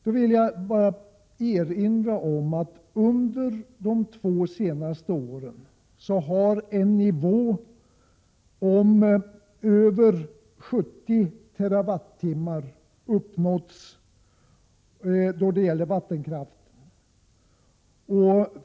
Jag vill bara erinra om att man under de två senaste åren har uppnått en nivå på över 70 TWh när det gäller vattenkraft.